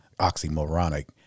oxymoronic